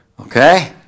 Okay